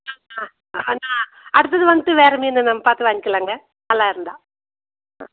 ஆ ஆ அதான் அடுத்தது வந்துவிட்டு வேறு மீன் நம்ம பார்த்து வாங்கிக்கலாம்ங்க நல்லாயிருந்தா ஆ